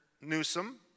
Newsom